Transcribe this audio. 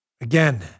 Again